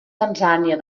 tanzània